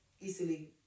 easily